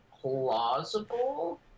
plausible